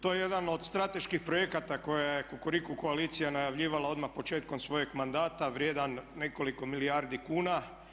To je jedan od strateških projekata koje je kukuriku koalicija najavljivala odmah početkom svojeg mandata vrijedan nekoliko milijardi kuna.